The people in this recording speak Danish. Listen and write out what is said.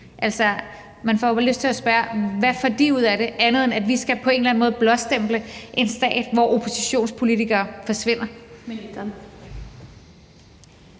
Man får lyst til at spørge, hvad de får ud af det, andet end at vi på en eller anden måde skal blåstemple en stat, hvor oppositionspolitikere forsvinder.